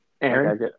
Aaron